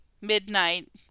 midnight